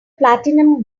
platinum